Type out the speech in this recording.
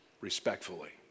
respectfully